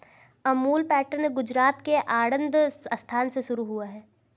Amul pattern Gujarat के आणंद स्थान से शुरू हुआ है